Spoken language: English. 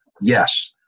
Yes